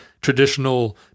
traditional